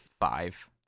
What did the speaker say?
five